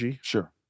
Sure